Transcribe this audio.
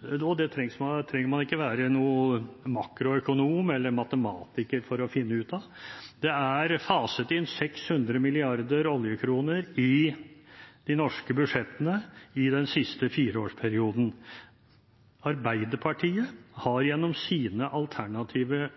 og det trenger man ikke være noen makroøkonom eller matematiker for å finne ut av – er at det er faset inn 600 mrd. oljekroner i de norske budsjettene i den siste fireårsperioden. Arbeiderpartiet har gjennom sine alternative